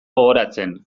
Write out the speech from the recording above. gogoratzen